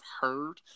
heard